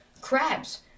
Crabs